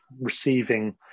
receiving